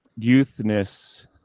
youthness